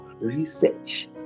research